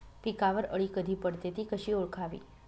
पिकावर अळी कधी पडते, ति कशी ओळखावी?